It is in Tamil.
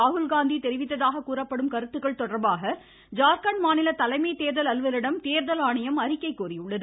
ராகுல்காந்தி தெரிவித்ததாக கூறப்படும் கருத்துக்கள் தொடர்பாக ஜார்க்கண்ட் மாநில தலைமை தேர்தல் அலுவலரிடம் தேர்தல் ஆணையம் அறிக்கை கோரியுள்ளது